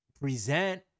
present